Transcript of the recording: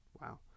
Wow